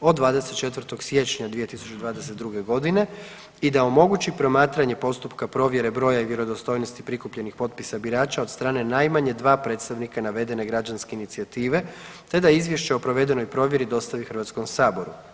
od 24. siječnja 2022. godine i da omogući promatranje postupka provjere broja i vjerodostojnosti prikupljenih potpisa birača od strane najmanje dva predstavnika navedene građanske inicijative te da izvješće o provedenoj provjeri dostavi Hrvatskom saboru.